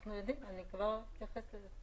אנחנו יודעים, אני כבר אתייחס לזה.